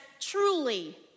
truly